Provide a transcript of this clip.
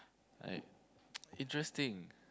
I interesting